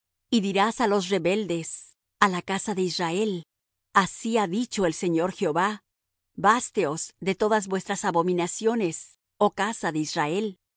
y dirás á los rebeldes á la casa de israel así ha dicho el señor jehová básteos de todas vuestras abominaciones oh casa de israel de